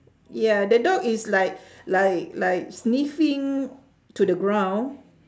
ya the dog is like like like sniffing to the ground